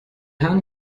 hahn